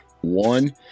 one